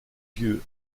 yeux